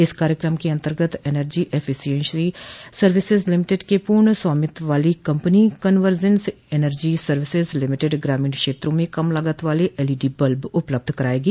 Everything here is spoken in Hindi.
इस कार्यक्रम के अंतर्गत एनर्जी एफिशिएंसी सर्विसेज लिमिटेड के पूर्ण स्वामित्व वाली company convergence energy services limited ग्रामीण क्षेत्रों में कम लागत वाले एलईडी बल्ब उपलब्ध कराएगी